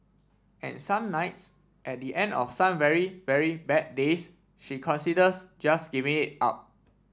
and some nights at the end of some very very bad days she considers just giving it up